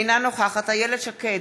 אינה נוכחת איילת שקד,